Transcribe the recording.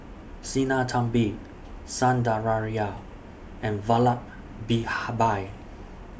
Sinnathamby Sundaraiah and Vallabhbhai